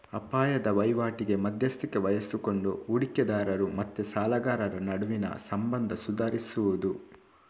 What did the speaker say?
ಅಪಾಯದ ವೈವಾಟಿಗೆ ಮಧ್ಯಸ್ಥಿಕೆ ವಹಿಸಿಕೊಂಡು ಹೂಡಿಕೆದಾರರು ಮತ್ತೆ ಸಾಲಗಾರರ ನಡುವಿನ ಸಂಬಂಧ ಸುಧಾರಿಸುದು